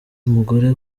mugore